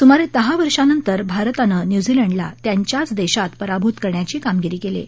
सुमारे दहा वर्षांनंतर भारतानं न्युझीलंडला त्यांच्याच देशात पराभूत करण्याची कामगिरी केली आहे